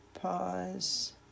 Pause